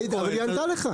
היא ענתה לך.